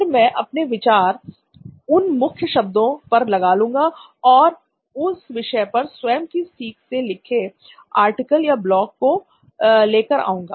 फिर में अपने विचार उन मुख्य शब्दों पर लगा लूंगा और उस विषय पर स्वयं की सीख से लिखें आर्टिकल या ब्लॉक को लेकर आऊंगा